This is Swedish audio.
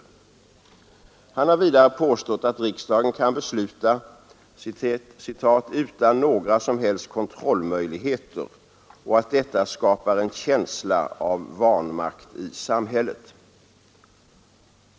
Han har vidare påstått att riksdagen kan besluta ”utan några som helst kontrollmöjligheter” och att detta skapar ”en känsla av vanmakt i samhället”.